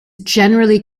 generally